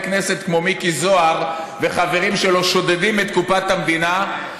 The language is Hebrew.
כנסת כמו מיקי זוהר וחברים שלו שודדים מקופת המדינה,